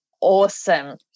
awesome